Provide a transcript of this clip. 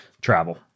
travel